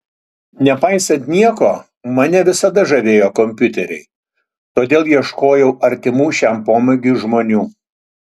nepaisant nieko mane visada žavėjo kompiuteriai todėl ieškojau artimų šiam pomėgiui žmonių